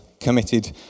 committed